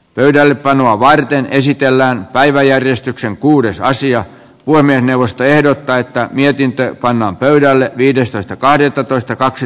pöydällepanoa varten esitellään päiväjärjestykseen kuudes aasian puiminen neuvosto ehdottaa että mietintö pannaan pöydälle viidestoista kahdettatoista kaksi